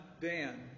Dan